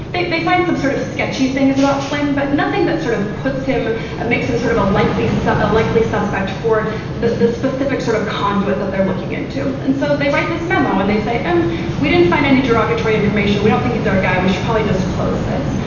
they they find some sort of sketchy things about flynn, but nothing that sort of puts him and makes him sort of a likely so likely suspect for the specific sort of conduit that they're looking into. and so they write this memo and they say we didn't find any derogatory information. we don't think it's our guy. we should probably just close this.